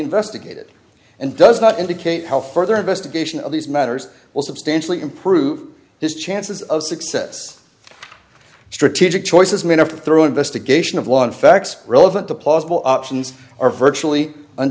investigated and does not indicate how further investigation of these matters will substantially improve his chances of success strategic choices made up or throw investigation of long facts relevant to plausible options are virtually